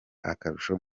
akarusho